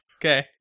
Okay